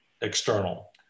external